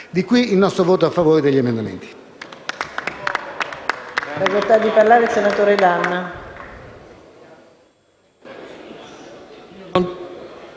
Di qui il nostro voto a favore dell'emendamento.